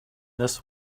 this